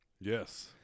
Yes